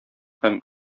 һәм